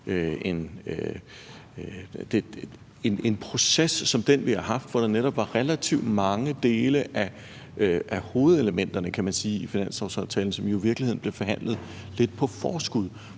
den proces, vi har haft. Der var netop relativt mange dele af hovedelementerne, kan man sige, i finanslovsaftalen, som i virkeligheden blev forhandlet lidt på forskud,